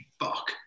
fuck